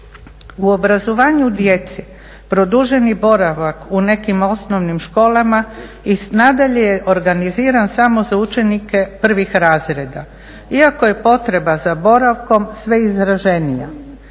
U obrazovanju djece produženi boravak u nekim osnovnim školama i nadalje je organiziran samo za učenike prvih razreda iako je potreba za boravkom sve izraženija.